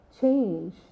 change